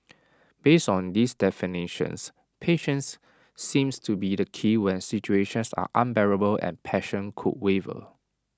based on these definitions patience seems to be key when situations are unbearable and passion could waver